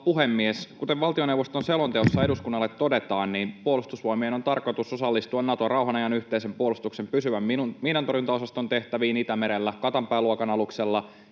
puhemies! Kuten valtioneuvoston selonteossa eduskunnalle todetaan, Puolustusvoimien on tarkoitus osallistua Naton rauhanajan yhteisen puolustuksen pysyvän miinantorjuntaosaston tehtäviin Itämerellä Katanpää-luokan aluksella